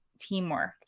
teamwork